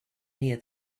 near